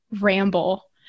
ramble